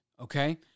okay